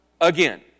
again